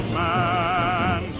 man